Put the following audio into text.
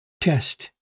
test